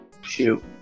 Shoot